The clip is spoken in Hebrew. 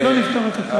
לא נפתור אותה כאן.